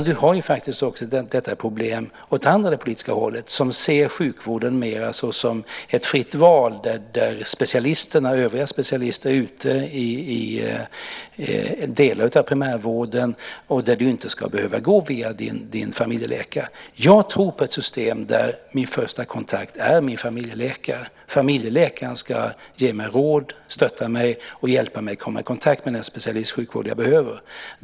Vi har faktiskt också detta problem åt det andra politiska hållet som ser sjukvården mer såsom ett fritt val där övriga specialister är ute i delar av primärvården och där man inte ska behöva gå via sin familjeläkare. Jag tror på ett system där min första kontakt är min familjeläkare. Familjeläkaren ska ge mig råd, stötta mig och hjälpa mig att komma i kontakt med den specialistsjukvård som jag behöver.